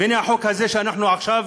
והנה החוק הזה שאנחנו עכשיו